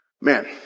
man